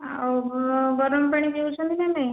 ଆ ଓହୋ ଗରମ ପାଣି ପିଉଛନ୍ତି ନା ନାଇଁ